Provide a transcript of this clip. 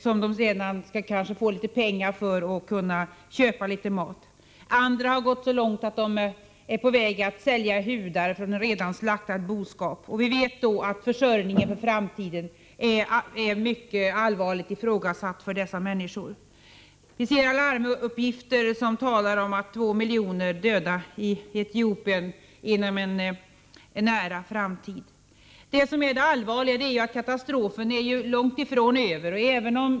Kanske får de där en summa pengar, så att de kan köpa litet mat. Andra är redan på väg att sälja hudar från slaktad boskap. Vi vet således att dessa människors försörjningsmöjligheter i framtiden är mycket allvarligt ifrågasatta. Enligt vissa larmuppgifter kommer 2 miljoner människor i Etiopien att dö inom en nära framtid. Men det som är allra allvarligast är att katastrofen långt ifrån är över.